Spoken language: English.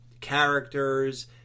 characters